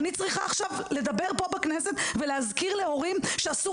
אני צריכה לדבר בכנסת ולהזכיר להורים שאסור